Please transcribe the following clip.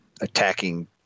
attacking